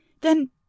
Then